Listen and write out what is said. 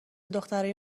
دخترای